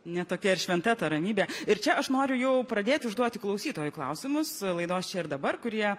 ne tokia ir šventa ta ramybė ir čia aš noriu jau pradėti užduoti klausytojų klausimus laidos čia ir dabar kurie